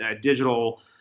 digital